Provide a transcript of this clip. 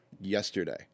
yesterday